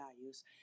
values